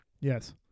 Yes